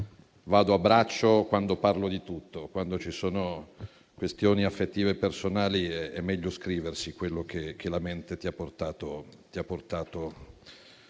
vado a braccio quando parlo di tutto, ma quando ci sono questioni affettive e personali è meglio scrivere quello che la mente ti ha portato a